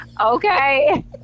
okay